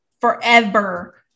Forever